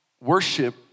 worship